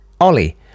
Ollie